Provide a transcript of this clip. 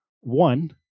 one